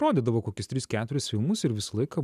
rodydavo kokius tris keturis filmus ir visą laiką